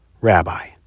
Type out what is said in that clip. rabbi